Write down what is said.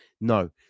no